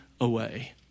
away